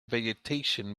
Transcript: vegetation